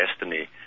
destiny